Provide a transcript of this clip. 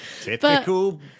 typical